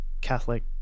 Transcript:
catholic